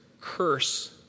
curse